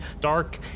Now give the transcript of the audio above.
dark